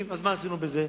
אז מה עשינו בזה?